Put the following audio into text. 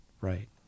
Right